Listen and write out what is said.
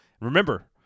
Remember